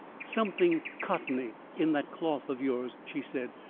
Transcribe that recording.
something cottony in that cloth of yours, she said.